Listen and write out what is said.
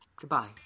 Goodbye